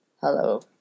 Hello